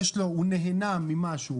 הוא נהנה ממשהו,